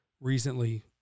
recently